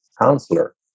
counselor